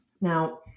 Now